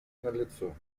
налицо